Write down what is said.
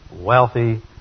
wealthy